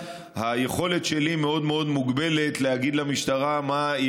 היכולת שלי מאוד מוגבלת להגיד למשטרה מה היא